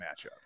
matchup